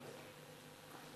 שאלה נוספת?